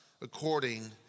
according